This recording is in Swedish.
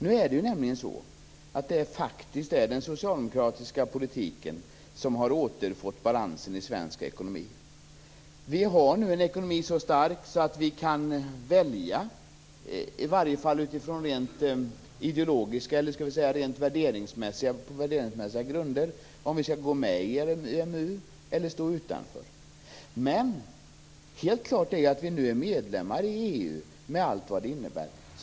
Nu är det nämligen så att det faktiskt är den socialdemokratiska politiken som har återfört balansen i svensk ekonomi. Vi har nu en ekonomi som är så stark att vi kan välja, i varje fall utifrån rent värderingsmässiga grunder, om vi skall gå med i EMU eller stå utanför. Men helt klart är att vi nu är medlemmar i EU, med allt vad det innebär.